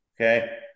Okay